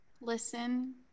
Listen